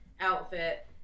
outfit